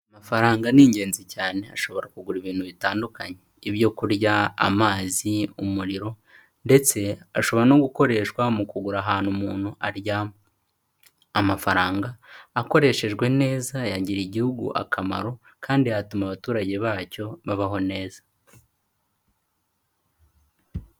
Amafaranga ni ingenzi cyane, ashobora kugura ibintu bitandukanye, ibyo kurya, amazi, umuriro ndetse ashobora no gukoreshwa mu kugura ahantu umuntu aryama, amafaranga akoreshejwe neza yagirira igihugu akamaro kandi yatuma abaturage bacyo babaho neza.